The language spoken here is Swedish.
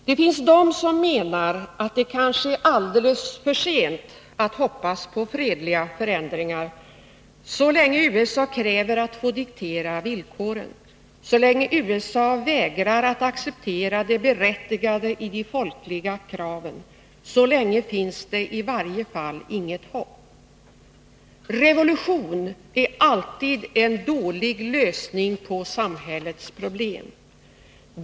Det finns de som menar att det kanske är alldeles för sent att hoppas på fredliga förändringar. Så länge USA kräver att få diktera villkoren, så länge USA vägrar att acceptera det berättigade i de folkliga kraven, så länge finns det i varje fall inget hopp. Revolution är alltid en dålig lösning på samhällets problem.